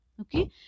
okay